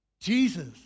Jesus